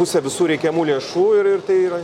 pusę visų reikiamų lėšų ir ir tai yra